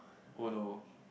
oh no